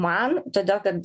man todėl kad